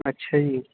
ਅੱਛਾ ਜੀ